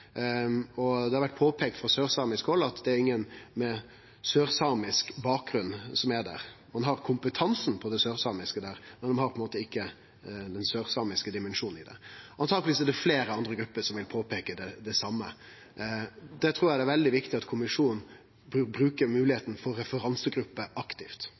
hald har det vore peika på at ingen med sørsamisk bakgrunn er der. Ein har kompetanse på det sørsamiske der, men ein har på ein måte ikkje den sørsamiske dimensjonen i det. Antakeleg vil fleire andre grupper peike på det same. Då trur eg det er veldig viktig at kommisjonen brukar moglegheita for referansegrupper aktivt.